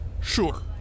Sure